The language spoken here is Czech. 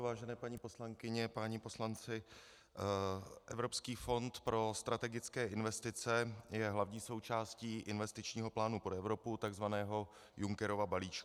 Vážené paní poslankyně, páni poslanci, Evropský fond pro strategické investice je hlavní součástí investičního plánu pro Evropu, tzv. Junckerova balíčku.